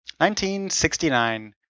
1969